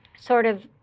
sort of